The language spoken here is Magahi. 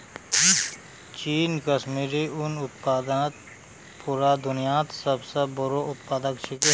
चीन कश्मीरी उन उत्पादनत पूरा दुन्यात सब स बोरो उत्पादक छिके